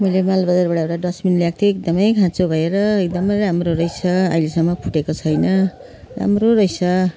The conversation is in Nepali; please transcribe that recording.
मैले माल बजारबाट एउटा डस्ट बिन ल्याएको थिएँ एकदमै खाँचो भएर एकदमै राम्रो रहेछ अहिलेसम्म फुटेको छैन राम्रो रहेछ